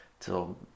till